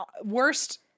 Worst